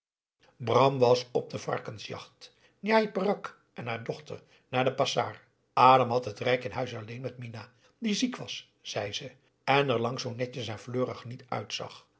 bram was op de varkensjacht njai peraq en haar dochter naar de pasar adam had het rijk in huis alleen met minah die ziek was zei ze en er lang zoo netjes en fleurig niet uitzag